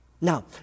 Now